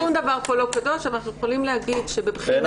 שום דבר פה לא קדוש אבל אנחנו יכולים להגיד שבבחינה